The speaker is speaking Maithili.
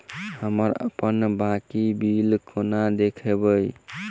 हम अप्पन बाकी बिल कोना देखबै?